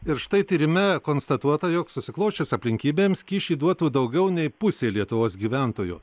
ir štai tyrime konstatuota jog susiklosčius aplinkybėms kyšį duotų daugiau nei pusė lietuvos gyventojų